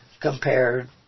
compared